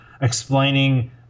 explaining